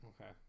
okay